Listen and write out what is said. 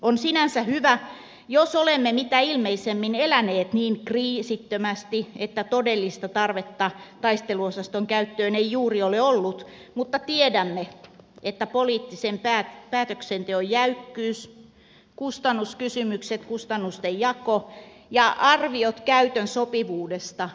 on sinänsä hyvä jos olemme mitä ilmeisimmin eläneet niin kriisittömästi että todellista tarvetta taisteluosaston käyttöön ei juuri ole ollut mutta tiedämme että poliittisen päätöksenteon jäykkyys kustannuskysymykset kustannusten jako ja arviot käytön sopivuudesta vaihtelevat